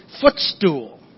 footstool